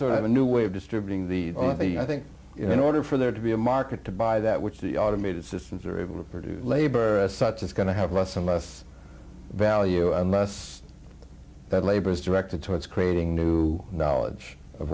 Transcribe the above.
sort of a new way of distributing the only thing i think in order for there to be a market to buy that which the automated systems are able to produce labor as such it's going to have less and less value unless that labor is directed towards creating new knowledge of